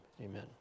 amen